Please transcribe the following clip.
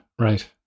right